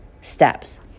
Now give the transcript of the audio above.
steps